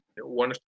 one